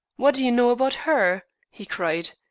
what do you know about her? he cried.